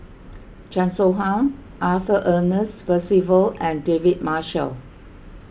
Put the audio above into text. Chan Soh Ha Arthur Ernest Percival and David Marshall